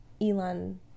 Elon